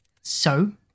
So